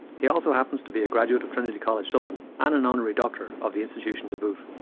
he also happens to be a graduate of trinity college dublin and an honorary doctor of the institution to boot.